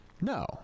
No